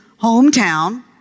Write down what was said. hometown